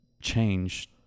change